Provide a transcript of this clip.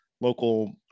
local